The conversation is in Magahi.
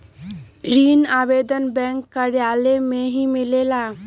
ऋण आवेदन बैंक कार्यालय मे ही मिलेला?